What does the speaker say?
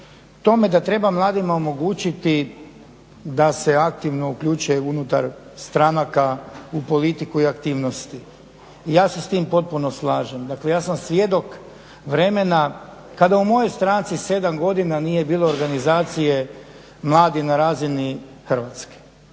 tome da treba mladima omogućiti da se aktivno uključe unutar stranaka u politiku i aktivnosti. Ja se s tim potpuno slažem. Ja sam svjedok vremena kada u mojoj stranci sedam godina nije bilo organizacije mladih na razini Hrvatske.